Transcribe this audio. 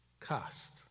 cast